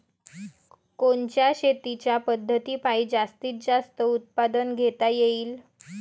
कोनच्या शेतीच्या पद्धतीपायी जास्तीत जास्त उत्पादन घेता येईल?